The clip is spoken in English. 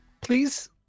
Please